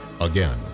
Again